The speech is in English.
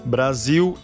Brasil